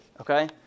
Okay